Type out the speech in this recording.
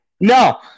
No